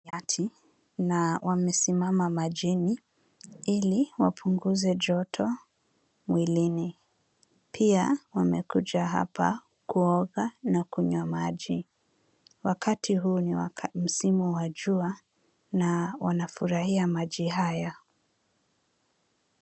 Ni nyati na wamesimama majini ili wapunguze joto mwilini. Pia, wamekuja hapa kuoga na kunywa maji. Wakati huu ni msimu wa jua na wanafurahia maji haya.